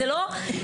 זה לא הגיוני,